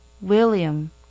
William